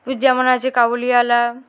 ওই যেমন আছে কাবুলিওয়ালা